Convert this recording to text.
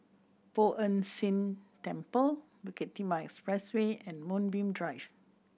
Poh Ern Shih Temple Bukit Timah Expressway and Moonbeam Drive